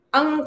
Ang